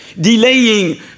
delaying